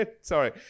Sorry